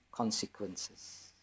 Consequences